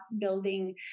building